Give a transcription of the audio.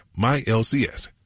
myLCS